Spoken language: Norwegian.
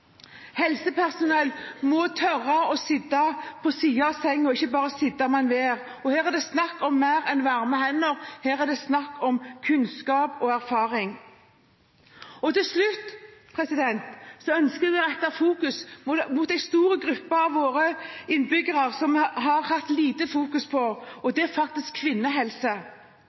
Helsepersonell må tørre å sitte ved siden av sengen og ikke bare sette seg ned. Og her er det snakk om mer enn varme hender, her er det snakk om kunnskap og erfaring. Til slutt ønsker jeg å fokusere på en stor gruppe av våre innbyggere som vi har fokusert lite på, og det er faktisk kvinner, og deres helse.